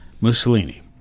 Mussolini